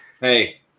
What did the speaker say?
Hey